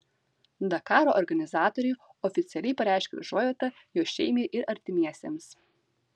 dakaro organizatoriai oficialiai pareiškė užuojautą jo šeimai ir artimiesiems